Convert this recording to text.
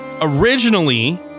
Originally